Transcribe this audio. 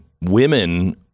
women